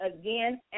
again